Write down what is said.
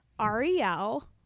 Ariel